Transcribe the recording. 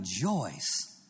rejoice